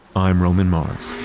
i'm roman mars